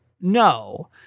no